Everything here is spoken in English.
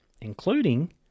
including